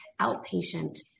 outpatient